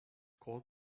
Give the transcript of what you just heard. called